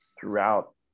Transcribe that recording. throughout